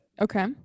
Okay